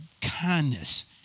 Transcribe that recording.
kindness